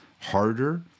harder